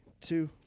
two